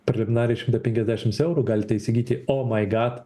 preliminariai šimtą penkiasdešims eurų galite įsigyti omaigad